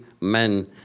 men